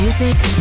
Music